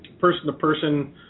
person-to-person